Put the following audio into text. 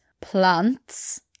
plants